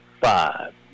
five